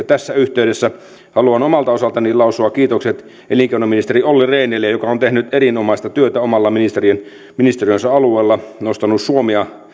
tässä yhteydessä haluan omalta osaltani lausua kiitokset elinkeinoministeri olli rehnille joka on tehnyt erinomaista työtä oman ministeriönsä alueella nostanut suomea